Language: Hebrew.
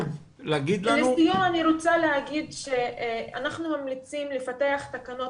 לסיום אני רוצה להגיד שאנחנו ממליצים לפתח תקנות